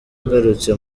agarutse